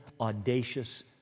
audacious